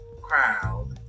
crowd